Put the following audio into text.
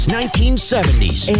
1970s